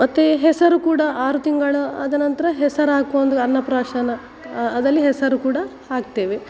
ಮತ್ತು ಹೆಸರು ಕೂಡ ಆರು ತಿಂಗಳು ಆದ ನಂತರ ಹೆಸರು ಹಾಕು ಒಂದು ಅನ್ನಪ್ರಾಶನ ಅದಲಿ ಹೆಸರು ಕೂಡ ಹಾಕ್ತೇವೆ